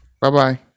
Bye-bye